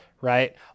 right